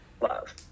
love